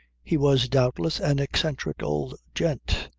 he was doubtless an eccentric old gent.